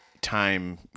time